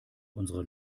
unsere